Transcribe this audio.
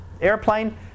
airplane